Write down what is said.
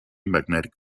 magnetic